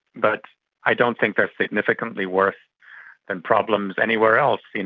but i don't think they are significantly worse than problems anywhere else. you know